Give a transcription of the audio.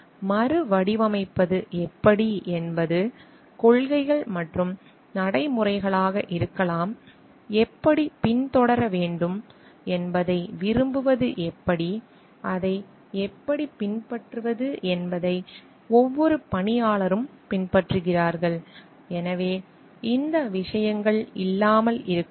மறுவடிவமைப்பது எப்படி என்பது கொள்கைகள் மற்றும் நடைமுறைகளாக இருக்கலாம் எப்படிப் பின்தொடர வேண்டும் என்பதை விரும்புவது எப்படி அதை எப்படிப் பின்பற்றுவது என்பதை ஒவ்வொரு பணியாளரும் பின்பற்றுகிறார்கள் எனவே இந்த விஷயங்கள் இல்லாமல் இருக்கலாம்